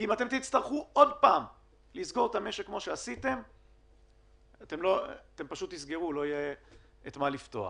כי אם תצטרכו שוב לסגור את המשק כמו שעשיתם לא יהיה את מה לפתוח.